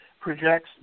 projects